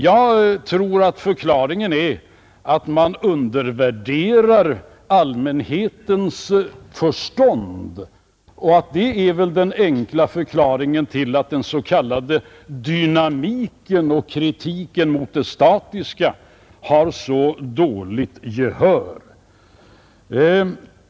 Jag tror att man undervärderar allmänheten, och det torde vara den enkla förklaringen till att den s.k. dynamiken och kritiken mot det statiska har fått så dåligt gehör.